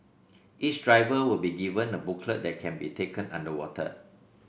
each driver will be given a booklet that can be taken underwater